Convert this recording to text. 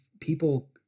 people